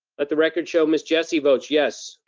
let the record show miss jessie votes yes.